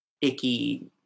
icky